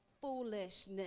foolishness